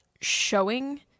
showing